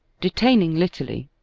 detaming litterly.